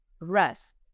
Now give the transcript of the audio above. rest